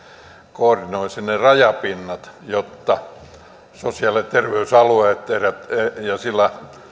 koordinoisi ne rajapinnat jotta sosiaali ja terveysalueet ja sillä